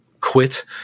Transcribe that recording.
quit